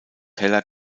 heller